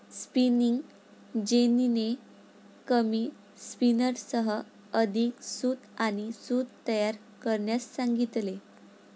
spinning जेनीने कमी स्पिनर्ससह अधिक सूत आणि सूत तयार करण्यास सांगितले